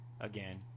again